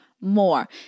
more